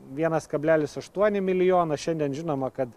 vienas kablelis aštuoni milijono šiandien žinoma kad